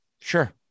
sure